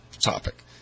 topic